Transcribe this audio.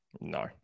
No